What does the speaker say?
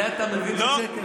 אתה מבין שזה שקר?